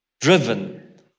driven